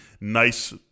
nice